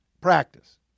practice